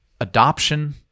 adoption